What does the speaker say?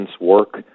work